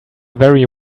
very